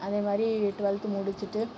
அதே மாதிரி டூவெல்த் முடிச்சிட்டு